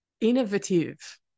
innovative